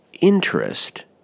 interest